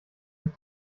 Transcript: sich